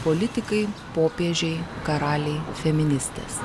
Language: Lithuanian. politikai popiežiai karaliai feministės